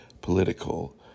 political